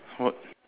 what